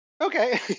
Okay